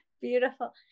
Beautiful